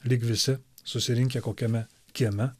lyg visi susirinkę kokiame kieme